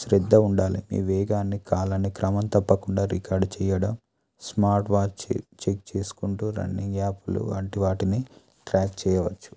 శ్రద్ధ ఉండాలి ఈ వేగాన్ని కాలాన్ని క్రమం తప్పకుండా రికార్డు చేయడం స్మార్ట్ వాచ్ చె చెక్ చేసుకుంటూ రన్నింగ్ యాప్లు అంటూ వాటిని ట్రాక్ చేయవచ్చు